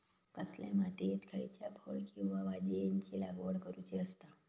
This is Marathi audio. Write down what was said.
कसल्या मातीयेत खयच्या फळ किंवा भाजीयेंची लागवड करुची असता?